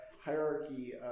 hierarchy